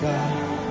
God